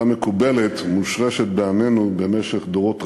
מקובלת ומושרשת בעמנו במשך דורות רבים,